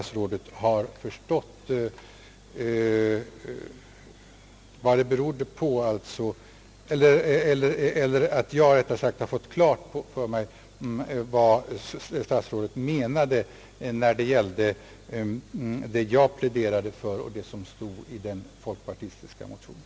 Sedan är jag nöjd med att jag har fått klart för mig vad statsrådet menade när det gällde vad jag pläderade för och det som stod i folkpartimotionen.